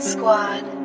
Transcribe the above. Squad